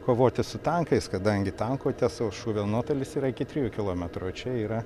kovoti su tankais kadangi tanko tiesaus šūvio nuotolis yra iki trijų kilometrų o čia yra